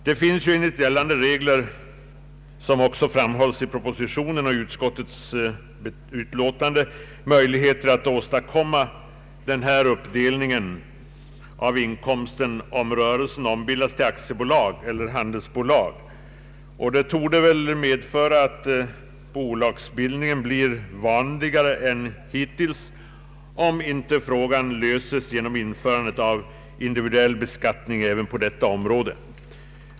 Det finns enligt gällande regler — såsom också framhålles i propositionen och i utskottets utlåtande — möjligheter att åstadkomma en uppdelning av inkomsten när rörelsen ombildas till aktiebolag eller handelsbolag. Det torde medföra att bolagsbildning blir vanligare än hittills, därest inte frågan löses genom införandet av individuell beskattning även på detta område.